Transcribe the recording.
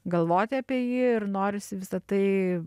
galvoti apie jį ir norisi visa tai